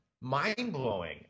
mind-blowing